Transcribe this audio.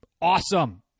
awesome